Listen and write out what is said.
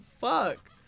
fuck